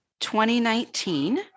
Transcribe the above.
2019